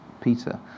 Peter